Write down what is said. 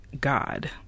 God